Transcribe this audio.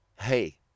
Hey